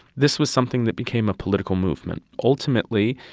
this was something that became a political movement. ultimately,